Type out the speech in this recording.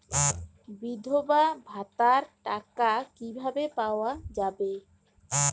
বিধবা ভাতার টাকা কিভাবে পাওয়া যাবে?